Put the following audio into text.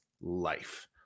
life